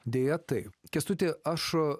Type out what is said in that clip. deja taip kęstuti aš